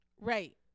Right